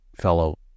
fellow